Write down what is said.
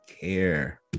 care